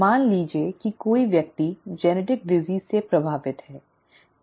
मान लीजिए कि कोई व्यक्ति आनुवांशिक बीमारी से प्रभावित है